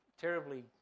terribly